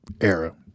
era